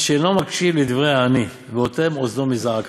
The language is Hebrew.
מי שאינו מקשיב לדברי העני ואוטם אוזנו מזעקתו,